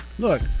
Look